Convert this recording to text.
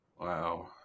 Wow